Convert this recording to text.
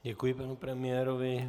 Děkuji panu premiérovi.